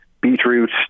beetroot